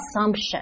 assumption